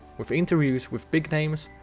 with interviews with big names,